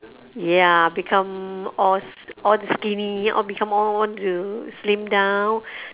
ya become all all the skinny all become all want to slim down